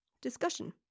Discussion